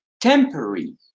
temporary